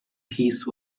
peace